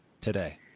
today